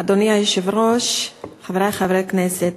אדוני היושב-ראש, חברי חברי הכנסת,